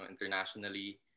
internationally